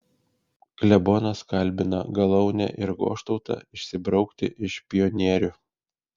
klebonas kalbina galaunę ir goštautą išsibraukti iš pionierių